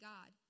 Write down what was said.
God